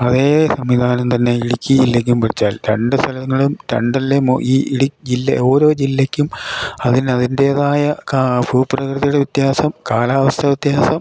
അതേ സംവിധാനം തന്നെ ഇടുക്കി ജില്ലയ്ക്കും വച്ചാൽ രണ്ട് സ്ഥലങ്ങളും രണ്ടല്ലേ ഈ ജില്ല ഓരോ ജില്ലയ്ക്കും അതിന് അതിൻ്റേതായ ഭൂപ്രകൃതിയുടെ വ്യത്യാസം കാലാവസ്ഥ വ്യത്യാസം